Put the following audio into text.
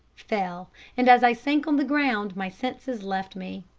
fell and as i sank on the ground my senses left me.